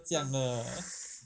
是这样的